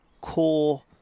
core